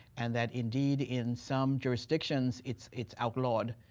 and that indeed in some jurisdictions it's it's outlawed.